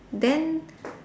then